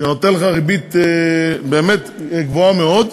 שנותן לך ריבית באמת גבוהה מאוד,